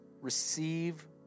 receive